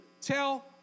Tell